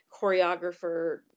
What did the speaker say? choreographer